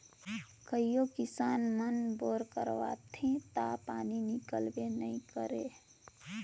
कइयो किसान मन बोर करवाथे ता पानी हिकलबे नी करे